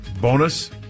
Bonus